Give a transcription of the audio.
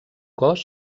cos